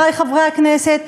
חברי חברי הכנסת,